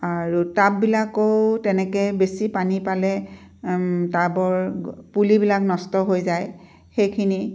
আৰু টাববিলাকো তেনেকৈ বেছি পানী পালে টাবৰ পুলিবিলাক নষ্ট হৈ যায় সেইখিনি